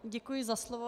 Děkuji za slovo.